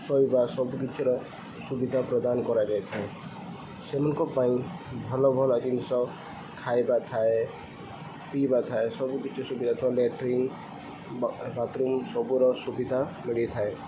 ଶୋଇବା ସବୁକିଛିର ସୁବିଧା ପ୍ରଦାନ କରାଯାଇଥାଏ ସେମାନଙ୍କ ପାଇଁ ଭଲ ଭଲ ଜିନିଷ ଖାଇବା ଥାଏ ପିଇବା ଥାଏ ସବୁକିଛି ସୁବିଧା ଲେଟ୍ରିନ୍ ବାଥରୁମ୍ ସବୁର ସୁବିଧା ମିଳିଥାଏ